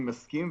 אני מסכים,